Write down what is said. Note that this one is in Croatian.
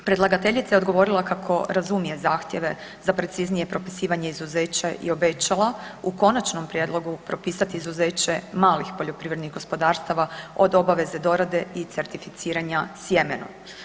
Predlagateljica je odgovorila kako razumije zahtjeve za preciznije propisivanje izuzeća i obećala u konačnom prijedlogu propisat izuzeće malih poljoprivrednih gospodarstava od obaveze dorade i certificiranja sjemena.